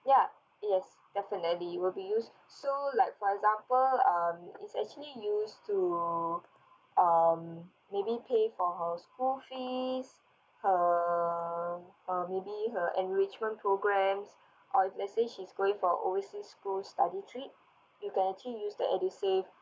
ya yes definitely will be used so like for example um it's actually use to um maybe pay for school fees um uh maybe her enrichment programs or if let's say she's going for overseas school's study trip you can actually use the edusave